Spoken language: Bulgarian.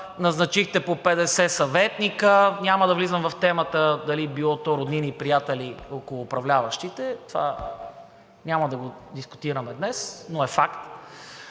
назначихте по 50 съветници, няма да влизам в темата дали било то роднини, приятели около управляващите – това няма да го дискутираме днес, но е факт,